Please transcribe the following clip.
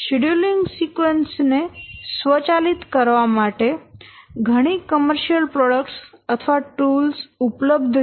scheduling sequence ને સ્વચાલિત કરવા માટે ઘણી કમર્શીયલ પ્રોડક્ટ્સ અથવા ટૂલ્સ ઉપલબ્ધ છે